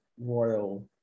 royal